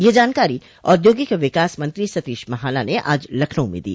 यह जानकारी औद्योगिक विकास मंत्री सतीश महाना ने आज लखनऊ में दी